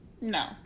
No